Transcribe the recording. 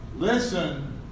Listen